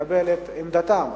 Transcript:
לקבל את עמדתם.